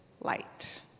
light